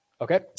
Okay